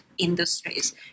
Industries